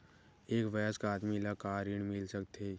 एक वयस्क आदमी ला का ऋण मिल सकथे?